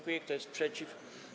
Kto jest przeciw?